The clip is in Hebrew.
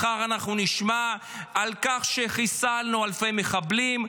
מחר אנחנו נשמע על כך שחיסלנו אלפי מחבלים,